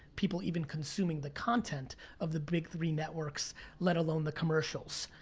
people even consuming the content of the big three networks let alone the commercials.